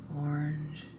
orange